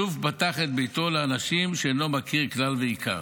שוב פתח את ביתו לאנשים שאינו מכיר כלל ועיקר.